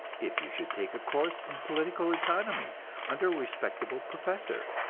if you should take a course in political economy under a respectable professor,